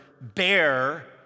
bear